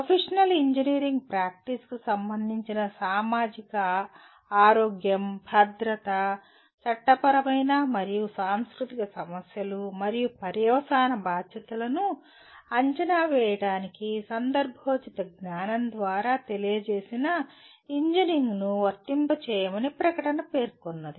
professional engineering ప్రాక్టీస్కు సంబంధించిన సామాజిక ఆరోగ్యం భద్రత చట్టపరమైన మరియు సాంస్కృతిక సమస్యలు మరియు పర్యవసాన బాధ్యతలను అంచనా వేయడానికి సందర్భోచిత జ్ఞానం ద్వారా తెలియజేసిన ఇంజనింగ్ను వర్తింపజేయమని ప్రకటన పేర్కొంది